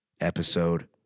episode